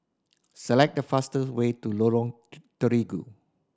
select the fastest way to Lorong Terigu